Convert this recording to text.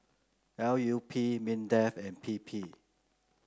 L U P Mindefand P P